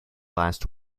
last